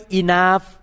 enough